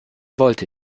wollte